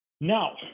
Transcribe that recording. Now